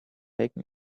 taken